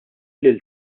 lil